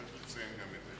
צריך לציין את הדבר הזה.